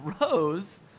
rose